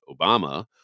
Obama